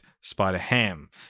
Spider-Ham